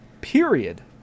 period